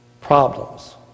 problems